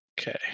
Okay